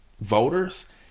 voters